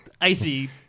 icy